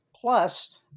plus